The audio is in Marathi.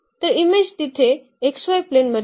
तर इमेज तिथे xy प्लेनमध्ये आहे